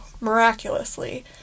miraculously